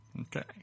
okay